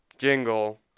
jingle